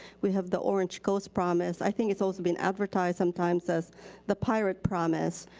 we have the orange coast promise. i think it's also been advertised sometimes as the pirate promise.